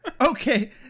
Okay